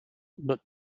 but